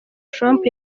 trump